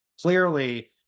clearly